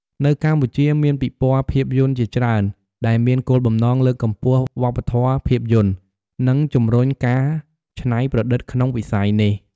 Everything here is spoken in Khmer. នៅកម្ពុជា មានពិព័រណ៍ភាពយន្តជាច្រើនដែលមានគោលបំណងលើកកម្ពស់វប្បធម៌ភាពយន្ត និងជំរុញការច្នៃប្រឌិតក្នុងវិស័យនេះ។